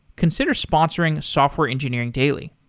consider sponsoring software engineering daily.